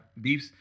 Beeps